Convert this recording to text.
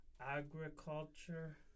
Agriculture